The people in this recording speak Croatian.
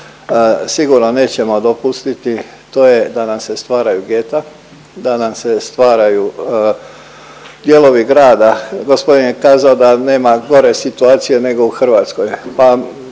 sigurno nećemo dopustiti to je da nam se stvaraju geta, da nam se stvaraju dijelovi grada, gospodin je kazao da nema gore situacije nego u Hrvatskoj.